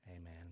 Amen